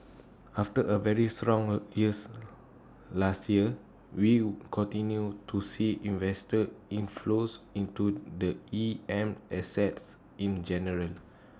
after A very strong A years last year we continue to see investor inflows into the E M assets in general